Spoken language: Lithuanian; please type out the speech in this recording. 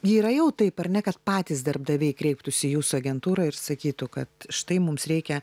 yra jau taip ar ne kad patys darbdaviai kreiptųsi į jūsų agentūrą ir sakytų kad štai mums reikia